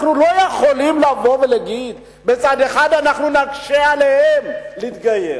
אנחנו לא יכולים לבוא ולהגיד: בצד אחד אנחנו נקשה עליהם להתגייר,